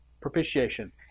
Propitiation